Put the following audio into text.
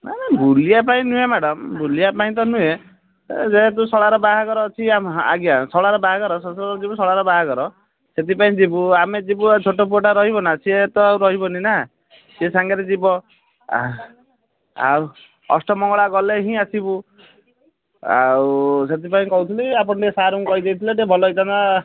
ନା ନା ବୁଲିବା ପାଇଁ ନୁହେଁ ମ୍ୟାଡ଼ାମ୍ ବୁଲିବା ପାଇଁ ତ ନୁହେଁ ଯେହେତୁ ଶଳାର ବାହାଘର ଅଛି ଆଜ୍ଞା ଶଳାର ବାହାଘର ଶ୍ୱଶୁର ଘର ଯିବୁ ଶଳାର ବାହାଘର ସେଥିପାଇଁ ଯିବୁ ଆମେ ଯିବୁ ଆଉ ଛୋଟ ପୁଅଟା ରହିବ ନା ସିଏତ ଆଉ ରହିବନି ନା ସେ ସାଙ୍ଗରେ ଯିବ ଆଉ ଅଷ୍ଟ ମଙ୍ଗଳା ଗଲେ ହିଁ ଆସିବୁ ଆଉ ସେଥିପାଇଁ କହୁଥିଲି ଆପଣ ଟିକିଏ ସାରଙ୍କୁ କହି ଦେଇଥିଲେ ଭଲ ହେଇଥାଆନ୍ତା